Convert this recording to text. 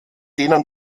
denen